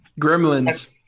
Gremlins